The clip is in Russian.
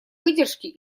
выдержки